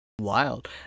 Wild